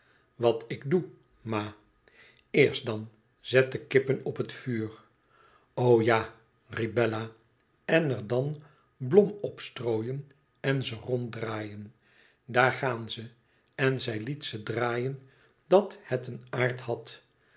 wat ik doe ma eerst dan zet de kippen op het vuur ja riep bella en er dan blom op strooien en ze ronddraaien daar gaan ze en zij liet ze draaien dat het een aard had